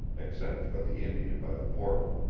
except for the indian by the portal.